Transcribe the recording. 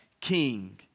king